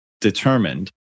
determined